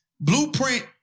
Blueprint